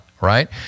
Right